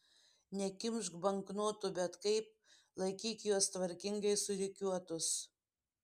nekimšk banknotų bet kaip laikyk juos tvarkingai surikiuotus